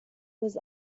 was